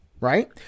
right